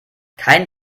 kein